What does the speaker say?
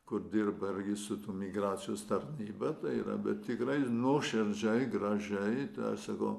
kur dirba irgi su migracijos tarnyba tai yra bet tikrai nuoširdžiai gražiai tas sakau